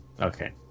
Okay